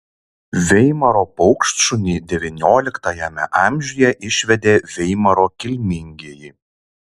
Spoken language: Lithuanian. veimaro paukštšunį devynioliktajame amžiuje išvedė veimaro kilmingieji